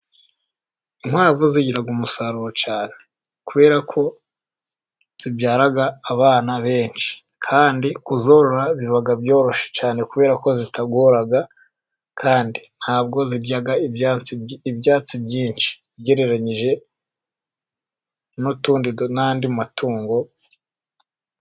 Inkwavu zigira umusaruro cyane. Kubera ko zibyara abana benshi, kandi kuzorora biba byoroshye cyane, kubera ko zitagora, kandi nta bwo zirya ibyatsi byinshi ugereranyije n'andi matungo.